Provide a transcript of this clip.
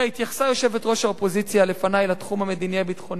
התייחסה יושבת-ראש האופוזיציה לפני לתחום המדיני-הביטחוני,